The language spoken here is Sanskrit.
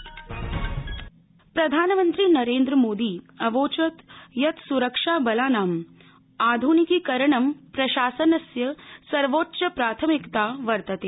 प्रधानमंत्री प्रधानमंत्री नरेन्द्रमोदी अवोचत् यत् सुरक्षाबलानां आधुनिकीकरणं प्रशासनस्य सवोच्चप्राथमिकता वर्तते